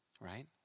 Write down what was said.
right